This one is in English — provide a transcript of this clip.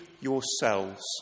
yourselves